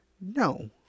no